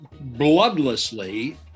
bloodlessly